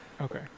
Okay